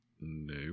No